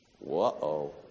Whoa